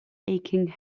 aching